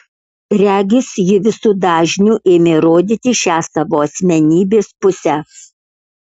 regis ji visu dažniu ėmė rodyti šią savo asmenybės pusę